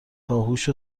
باهوشو